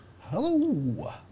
Hello